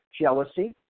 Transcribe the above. jealousy